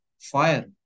fire